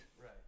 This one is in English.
Right